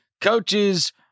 coaches